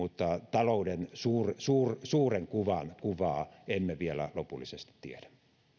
talouden suurta kuvaa kuvaa emme vielä lopullisesti tiedä